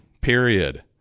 period